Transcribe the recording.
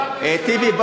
טיבי,